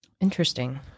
Interesting